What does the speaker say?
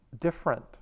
different